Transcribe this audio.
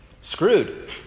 Screwed